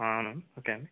ఆ అవును ఓకే అండి